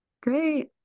Great